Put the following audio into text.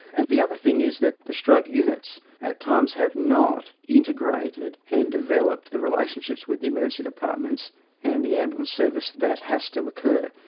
and the other thing is that the stroke units at times have not integrated and developed the relationships with the emergency departments and the ambulance service that has to occur.